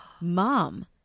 Mom